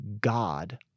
God